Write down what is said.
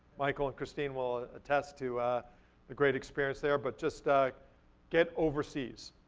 michael and christine will attest to the great experience there. but just get overseas.